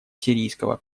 сирийского